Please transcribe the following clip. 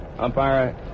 Umpire